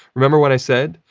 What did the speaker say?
remember what i said.